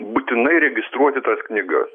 būtinai registruoti tas knygas